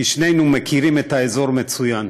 כי שנינו מכירים את האזור מצוין.